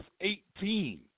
18